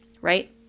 right